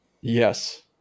Yes